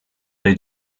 dei